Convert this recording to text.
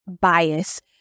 bias